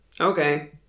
Okay